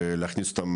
להכניס אותם,